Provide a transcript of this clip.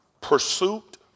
Pursuit